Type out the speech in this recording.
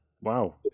Wow